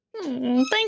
Thank